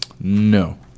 No